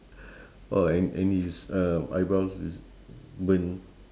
oh and and his uh eyebrows is burnt